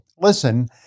Listen